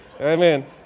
Amen